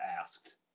asked